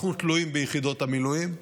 אנחנו תלויים ביחידות המילואים.